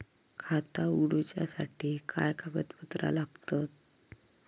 खाता उगडूच्यासाठी काय कागदपत्रा लागतत?